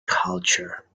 culture